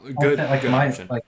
good